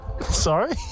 Sorry